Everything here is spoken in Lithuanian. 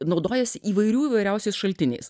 naudojasi įvairių įvairiausiais šaltiniais